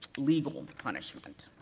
legal punishment.